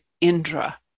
Indra